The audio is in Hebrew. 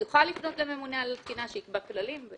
הוא יוכל לפנות לממונה על התקינה שיקבע כללים.